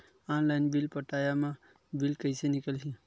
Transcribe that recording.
Online bill पटाय मा bill कइसे निकलही?